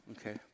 Okay